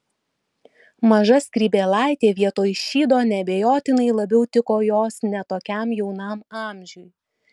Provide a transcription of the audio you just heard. maža skrybėlaitė vietoj šydo neabejotinai labiau tiko jos ne tokiam jaunam amžiui